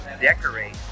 decorate